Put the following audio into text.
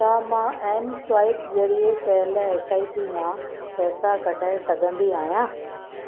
छा मां M swipe ज़रिए कयल एस आई पी मां पैसा कढाइ सघंदी आहियां